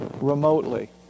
remotely